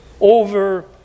over